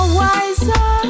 wiser